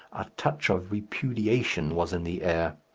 a touch of repudiation, was in the air.